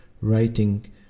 writing